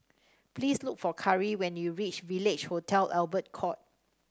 please look for Cari when you reach Village Hotel Albert Court